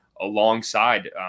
alongside